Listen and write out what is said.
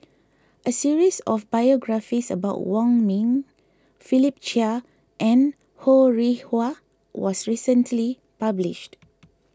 a series of biographies about Wong Ming Philip Chia and Ho Rih Hwa was recently published